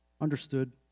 Understood